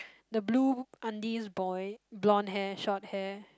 the blue aunties boy bronze hair short hair